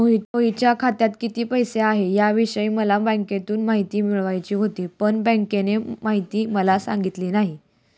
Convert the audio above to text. मोहितच्या खात्यात किती पैसे आहेत याविषयी मला बँकेतून माहिती मिळवायची होती, पण बँकेने माहिती मला सांगितली नाही